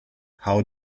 how